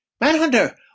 Manhunter